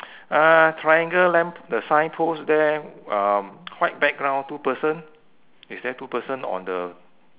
uh triangle lamp the signpost there um white background two person is there two person on the